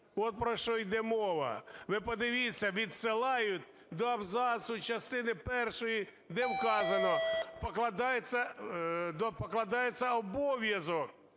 От про що йде мова. Ви подивіться, відсилають до абзацу частини першої, де вказано: "покладається обов'язок,